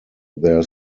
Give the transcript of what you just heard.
their